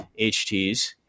HTs